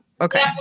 okay